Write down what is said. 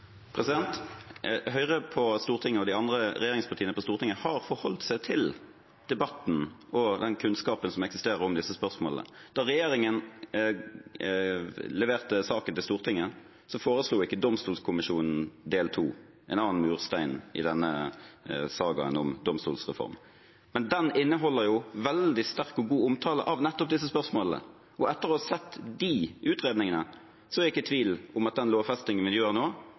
og de andre regjeringspartiene på Stortinget har forholdt seg til debatten og den kunnskapen som eksisterer om disse spørsmålene. Da regjeringen leverte saken til Stortinget, foreslo ikke domstolkommisjonen del 2, en annen murstein i denne sagaen om domstolsreformen, men den inneholder jo en veldig sterk og god omtale av nettopp disse spørsmålene, og etter å ha sett de utredningene er jeg ikke i tvil om at den lovfestingen vi